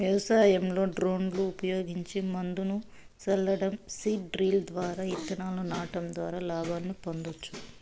వ్యవసాయంలో డ్రోన్లు ఉపయోగించి మందును సల్లటం, సీడ్ డ్రిల్ ద్వారా ఇత్తనాలను నాటడం ద్వారా లాభాలను పొందొచ్చు